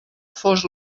fos